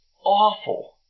awful